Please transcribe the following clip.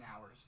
hours